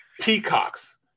peacocks